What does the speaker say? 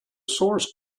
source